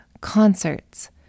concerts